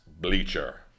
Bleacher